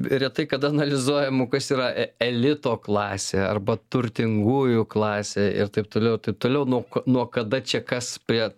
retai kada analizuojam o kas yra e elito klasė arba turtingųjų klasė ir taip toliau taip toliau nuo k nuo kada čia kas prie